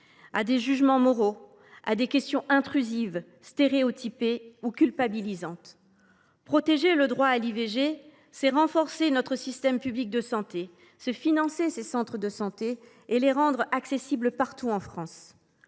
à des jugements moraux et à des questions intrusives, stéréotypées ou culpabilisantes. Protéger le droit à l’IVG, c’est renforcer notre service public de santé, financer les centres de santé et les rendre accessibles partout en France.